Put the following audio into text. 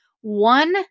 one